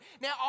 Now